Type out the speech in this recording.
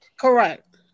Correct